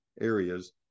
areas